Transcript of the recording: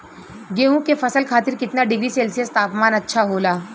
गेहूँ के फसल खातीर कितना डिग्री सेल्सीयस तापमान अच्छा होला?